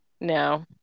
No